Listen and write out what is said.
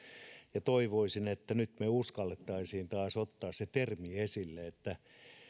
ja toivoisin että nyt me uskaltaisimme taas ottaa sen termin esille että